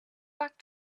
back